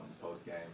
post-game